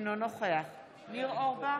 אינו נוכח ניר אורבך,